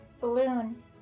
Balloon